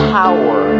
power